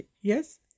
Yes